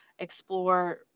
Explore